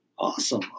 awesome